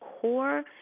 core